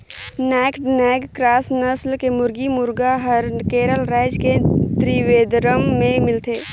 naked neck cross नसल के मुरगी, मुरगा हर केरल रायज के त्रिवेंद्रम में मिलथे